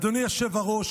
אדוני היושב-ראש,